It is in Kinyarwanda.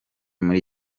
muri